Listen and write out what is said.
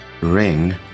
ring